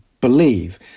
believe